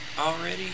already